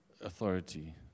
authority